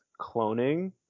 cloning